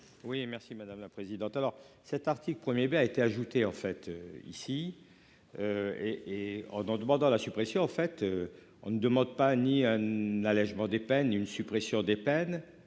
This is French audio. Oui merci madame la présidente. Alors cet article 1er bé a été ajouté en fait ici. Et et en en demandant la suppression, en fait, on ne demande pas ni un allégement des peines une suppression des peines